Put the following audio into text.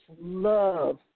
love